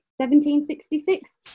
1766